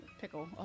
pickle